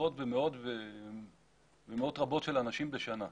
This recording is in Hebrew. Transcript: עשרות ומאות ומאות רבות של אנשים בשנה.